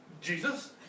Jesus